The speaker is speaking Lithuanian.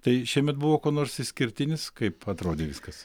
tai šiemet buvo kuo nors išskirtinis kaip atrodė viskas